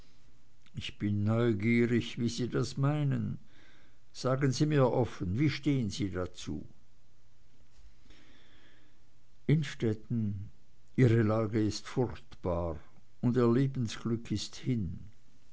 ich bin neugierig wie sie das meinen sagen sie mir offen wie stehen sie dazu innstetten ihre lage ist furchtbar und ihr lebensglück ist hin